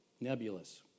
nebulous